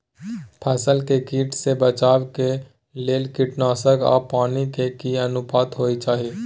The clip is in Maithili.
फसल के कीट से बचाव के लेल कीटनासक आ पानी के की अनुपात होय चाही?